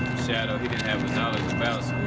shadow he didn't have the knowledge about